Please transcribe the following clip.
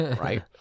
right